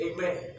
Amen